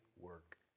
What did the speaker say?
work